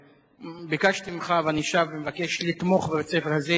ביקשתי ממך ואני שב ומבקש לתמוך בבית-הספר,